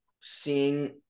seeing